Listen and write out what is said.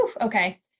okay